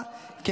אינה נוכחת,